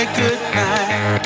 goodbye